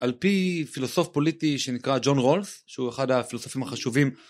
על פי פילוסוף פוליטי שנקרא ג'ון רולף שהוא אחד הפילוסופים החשובים